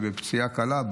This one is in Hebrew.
שבפציעה קלה,